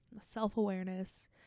self-awareness